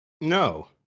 No